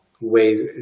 ways